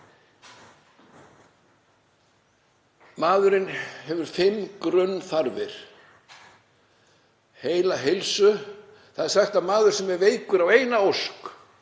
Maðurinn hefur fimm grunnþarfir: Heila heilsu — það er sagt að maður sem er veikur eigi eina ósk;